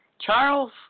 Charles